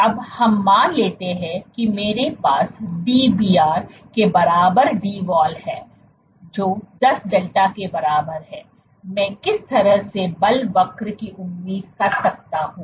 अब हम मान लेते हैं कि मेरे पास Dbr के बराबर Dwall है जो 10 डेल्टा के बराबर है मैं किस तरह के बल वक्र की उम्मीद कर सकता हूं